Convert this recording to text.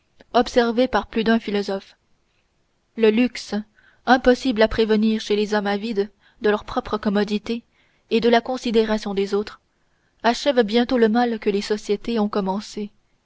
observée par plus d'un philosophe le luxe impossible à prévenir chez des hommes avides de leurs propres commodités et de la considération des autres achève bientôt le mal que les sociétés ont commencé